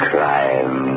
Crime